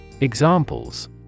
Examples